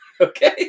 Okay